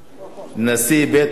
נשיא בית-הדין